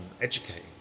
educating